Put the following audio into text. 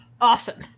awesome